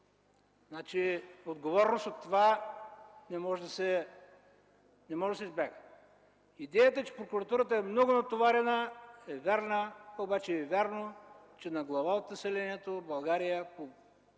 отговорност от това не може да бъде избегната. Идеята, че прокуратурата е много натоварена, е вярна, но вярно е и това, че на човек от населението в България